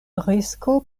risko